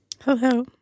Hello